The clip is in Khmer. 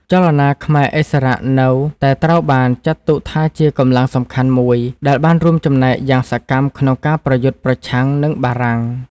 ចលនាខ្មែរឥស្សរៈនៅតែត្រូវបានចាត់ទុកថាជាកម្លាំងសំខាន់មួយ ដែលបានរួមចំណែកយ៉ាងសកម្មក្នុងការប្រយុទ្ធប្រឆាំងនឹងបារាំង។